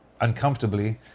uncomfortably